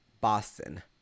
Boston